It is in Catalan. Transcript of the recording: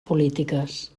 polítiques